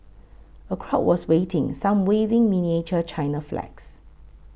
a crowd was waiting some waving miniature China flags